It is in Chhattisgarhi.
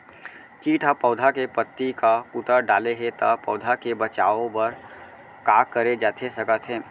किट ह पौधा के पत्ती का कुतर डाले हे ता पौधा के बचाओ बर का करे जाथे सकत हे?